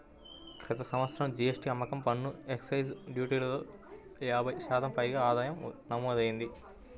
క్రితం సంవత్సరం జీ.ఎస్.టీ, అమ్మకం పన్ను, ఎక్సైజ్ డ్యూటీలలో యాభై శాతం పైగా ఆదాయం నమోదయ్యింది